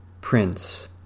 Prince